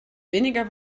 weniger